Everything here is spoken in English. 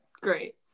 Great